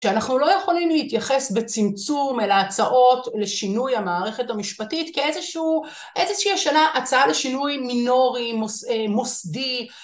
שאנחנו לא יכולים להתייחס בצמצום אל ההצעות לשינוי המערכת המשפטית כאיזושהי הצעה לשינוי מינורי, מוסדי